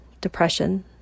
depression